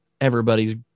everybody's